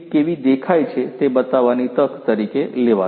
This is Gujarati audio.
કેવી દેખાય છે તે બતાવવાની તક તરીકે લેવા દો